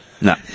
No